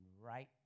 right